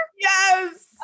Yes